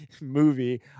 movie